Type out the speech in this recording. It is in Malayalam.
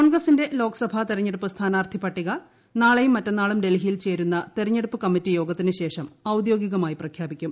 കോൺഗ്രസിന്റെ ല്ലോക്സഭാ തെരഞ്ഞെടുപ്പ് സ്ഥാനാർത്ഥി പട്ടിക നാളെയും മറ്റെന്നൂർളുട്ട് ഡൽഹിയിൽ ചേരുന്ന തെരഞ്ഞെടുപ്പ് കമ്മറ്റി യോഗത്തിന്റുശേഷം ഔദ്യോഗികമായി പ്രഖ്യാപിക്കും